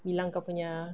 bilang kau punya